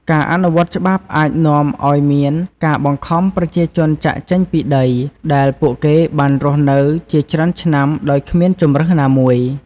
ការអនុវត្តច្បាប់អាចនាំឲ្យមានការបង្ខំប្រជាជនចាកចេញពីដី ដែលពួកគេបានរស់នៅជាច្រើនឆ្នាំដោយគ្មានជម្រើសណាមួយ។